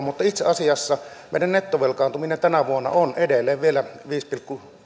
mutta itse asiassa meidän nettovelkaantuminen tänä vuonna on edelleen vielä viisi pilkku